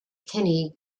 kenny